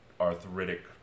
arthritic